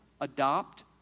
adopt